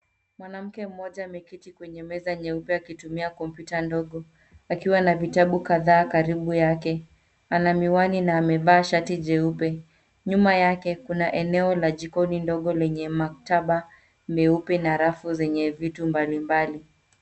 Mwanamke mmoja ameketi kwenye meza nyeupe akitumia kompyuta ndogo, akiwa na vitabu kadhaa karibu yake. Ana miwani na amevaa shati jeupe. Nyuma yake, kuna eneo la jikoni ndogo lenye maktaba, meupe na rafu zenye vitu mbali mbali.